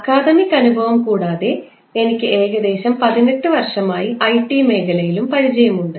academic അനുഭവം കൂടാതെ എനിക്ക് ഏകദേശം 18 വർഷമായി ഐടി മേഖലയിൽ പരിചയമുണ്ട്